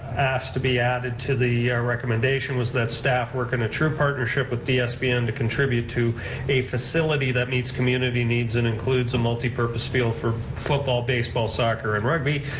asked to be added to the recommendation was that staff work in a true partnership with dsbn to contribute to a facility that meets community needs and includes a multi-purpose field for football, baseball, soccer, and rugby,